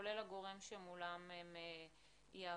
כולל הגורם שמולם הם יעבדו.